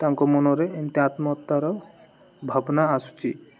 ତାଙ୍କ ମନରେ ଏମିତି ଆତ୍ମହତ୍ୟାର ଭାବନା ଆସୁଛି